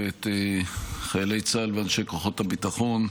את חיילי צה"ל ואנשי כוחות הביטחון,